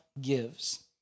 gives